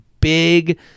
big